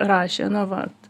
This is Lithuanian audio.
rašė na vat